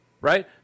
Right